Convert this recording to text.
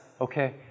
okay